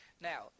Now